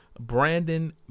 Brandon